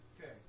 Okay